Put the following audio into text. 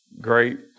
great